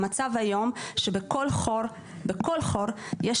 המצב היום שבכל חור בכל חור יש